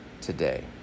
today